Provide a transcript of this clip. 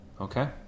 okay